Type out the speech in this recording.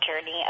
Journey